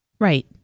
Right